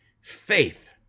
faith